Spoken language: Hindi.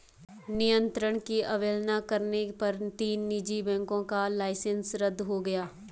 नियंत्रण की अवहेलना करने पर तीन निजी बैंकों का लाइसेंस रद्द हो गया